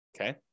okay